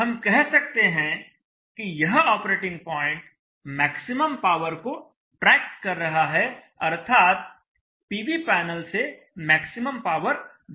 हम कह सकते हैं कि यह ऑपरेटिंग पॉइंट मैक्सिमम पावर को ट्रैक कर रहा है अर्थात पीवी पैनल से मैक्सिमम पावर ड्रॉ कर रहा है